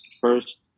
first